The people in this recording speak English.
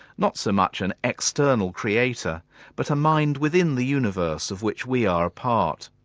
not so much an external creator but a mind within the universe of which we are part,